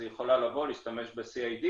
אז היא יכולה לבוא ולהשתמש ב-CID.